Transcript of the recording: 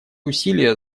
усилия